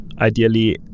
ideally